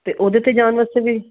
ਅਤੇ ਉਹਦੇ 'ਤੇ ਜਾਣ ਵਾਸਤੇ ਵੀ